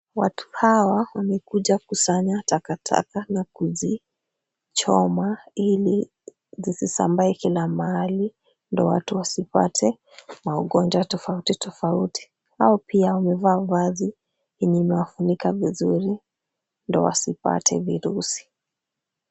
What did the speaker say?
Watu hawa wamekuja kusanya takataka na kuzichoma ili zisisambae kila mahali ndio watu wasipate maugonjwa tofauti tofauti. Hao pia wamevaa vazi yenye imewafunika vizuri ndio wasipate virusi.